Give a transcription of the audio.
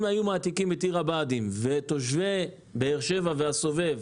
אם היו מעתיקים את עיר הבה"דים ותושבי באר-שבע והסובב,